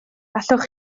allwch